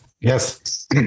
Yes